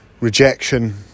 rejection